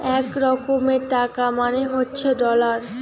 এক রকমের টাকা মানে হচ্ছে ডলার